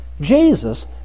Jesus